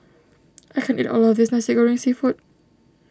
I can't eat all of this Nasi Goreng Seafood